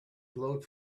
glowed